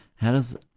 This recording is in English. how is